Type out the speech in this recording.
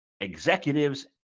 executives